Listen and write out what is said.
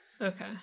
Okay